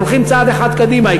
אנחנו הולכים צעד אחד קדימה.